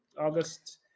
August